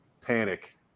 panic